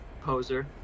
Poser